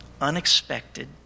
unexpected